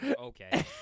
Okay